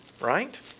right